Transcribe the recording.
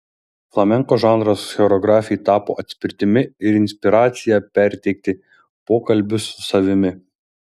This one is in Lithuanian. flamenko žanras choreografei tapo atspirtimi ir inspiracija perteikti pokalbius su savimi